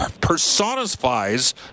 personifies